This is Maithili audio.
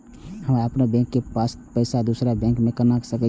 हम अपनों बैंक के पैसा दुसरा बैंक में ले सके छी?